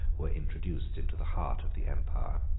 were introduced into the heart of the empire.